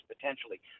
potentially